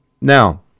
Now